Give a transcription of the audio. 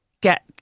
get